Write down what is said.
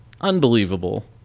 unbelievable